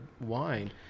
wine